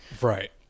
Right